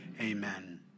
Amen